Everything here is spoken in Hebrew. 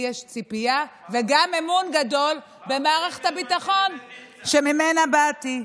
לי יש ציפייה וגם אמון גדול במערכת הביטחון שממנה באתי.